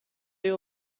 you